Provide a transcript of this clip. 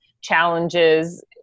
challenges